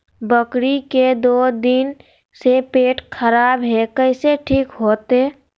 बकरी के दू दिन से पेट खराब है, कैसे ठीक होतैय?